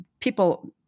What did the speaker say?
people